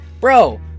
bro